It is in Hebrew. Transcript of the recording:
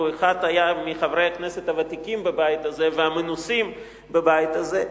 והוא היה אחד מחברי הכנסת הוותיקים בבית הזה והמנוסים בבית הזה,